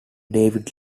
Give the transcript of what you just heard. david